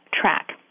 track